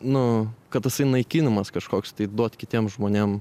nu kad tasai naikinimas kažkoks tai duot kitiem žmonėm